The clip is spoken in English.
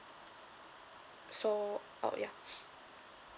so oh ya